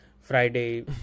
Friday